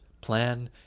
plan